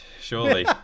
Surely